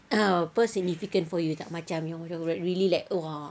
ah apa significant for you tak macam yang you will really like !wah!